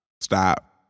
stop